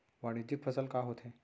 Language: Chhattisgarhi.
वाणिज्यिक फसल का होथे?